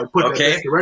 okay